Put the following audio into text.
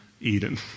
Eden